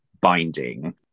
binding